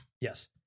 Yes